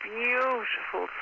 beautiful